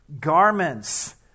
garments